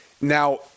Now